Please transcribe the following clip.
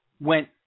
went